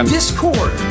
Discord